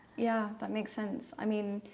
yeah, that makes sense. i mean